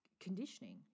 conditioning